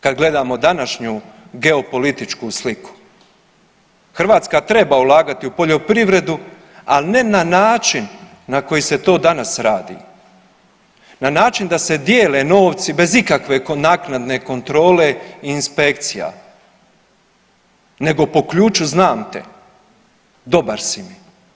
Kad gledamo današnju geopolitičku sliku, Hrvatska treba ulagati u poljoprivredu, ali ne način na koji se to danas radi, na način da se dijele novci bez ikakve naknadne kontrole i inspekcija nego po ključu znam te, dobar si mi